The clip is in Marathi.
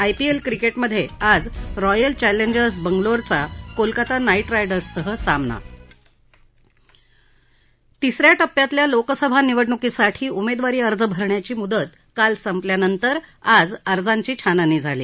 आयपीएल क्रिकेटमधे आज रॉयल चॅलेंजर्स बंगलोरचा कोलकता नाईट रायडर्ससह सामना तिस या टप्प्यातल्या लोकसभा निव्रडणुकीसाठी उमेदवारी अर्ज भरण्याची मुदत काल संपल्यानंतर आज छाननी झाली